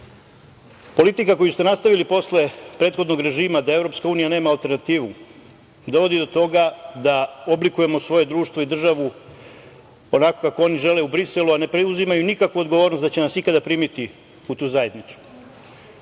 koju ste nastavili posle prethodnog režima da EU nema alternativu, dovodi do toga da oblikujemo svoje društvo i državu onako kako oni žele u Briselu, a ne preuzimaju nikakvu odgovornost da će nas ikada primiti u tu zajednicu. Ponovo